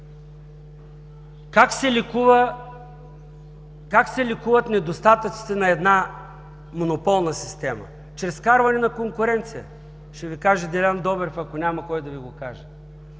Как се лекуват недостатъците на една монополна система? Чрез вкарване на конкуренция. Ще Ви каже Делян Добрев, ако няма кой да Ви го каже.